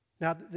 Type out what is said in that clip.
Now